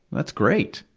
that's great.